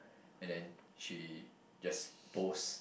and then she just post